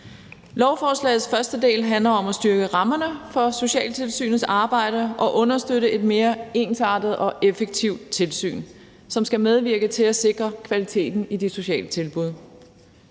Lovforslagets første del handler om at styrke rammerne for socialtilsynets arbejde og understøtte et mere ensartet og effektivt tilsyn, som skal medvirke til at sikre kvaliteten i de sociale tilbud.